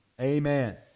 Amen